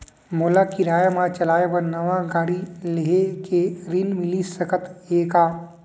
मोला किराया मा चलाए बर नवा गाड़ी लेहे के ऋण मिलिस सकत हे का?